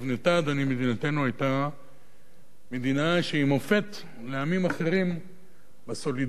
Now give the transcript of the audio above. מדינתנו היתה מדינה שהיא מופת לעמים אחרים בסולידריות שלה,